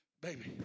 baby